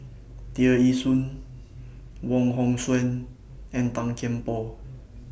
Tear Ee Soon Wong Hong Suen and Tan Kian Por